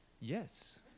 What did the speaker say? yes